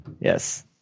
Yes